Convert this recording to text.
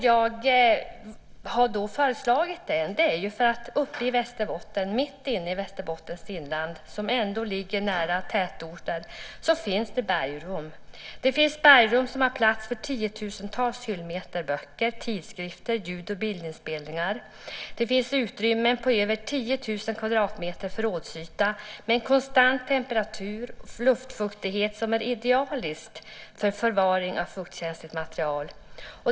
Jag föreslår den därför att det mitt inne i Västerbottens inland, som ändå ligger nära tätorter, finns bergrum. Det finns bergrum som har plats för tiotusentals hyllmeter böcker, tidskrifter och ljud och bildinspelningar. Det finns utrymmen på över 10 000 kvadratmeter förrådsyta med en konstant temperatur och en luftfuktighet som är idealisk för förvaring av fuktkänsligt material.